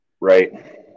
Right